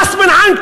ראס בן ענו,